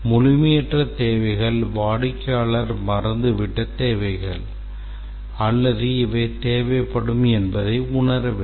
முழுமையற்ற தேவைகள் வாடிக்கையாளர் மறந்துவிட்ட தேவைகள் அல்லது இவை தேவைப்படும் என்பதை உணரவில்லை